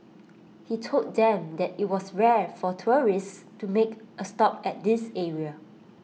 he told them that IT was rare for tourists to make A stop at this area